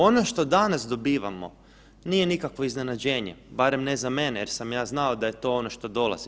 Ono što danas dobivamo nije nikakvo iznenađenje, barem ne za mene jer sam ja znao da je to ono što dolazi.